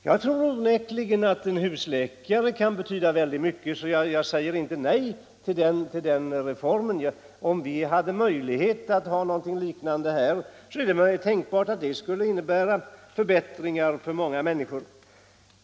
Jag tror visst att en husläkare kan betyda väldigt mycket, och jag säger inte nej till en sådan reform. Om vi hade möjligheter att införa 81 någonting liknande här, skulle det kanske kunna innebära förbättringar för många människor.